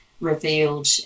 revealed